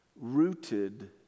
rooted